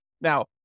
Now